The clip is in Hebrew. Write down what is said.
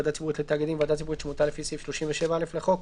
"ועדה ציבורית לתאגידים" ועדה ציבורית שמונתה לפי סעיף 37(א) לחוק,